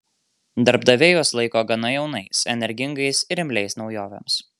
darbdaviai juos laiko gana jaunais energingais ir imliais naujovėms